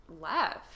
left